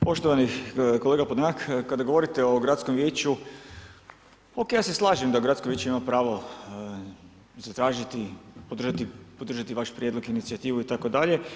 Poštovani kolega Podolnjak, kada govorite o gradskom vijeću, OK, ja se slažem da gradsko vijeće ima pravo zatražiti i podržati vaš prijedlog, inicijativu itd.